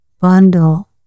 bundle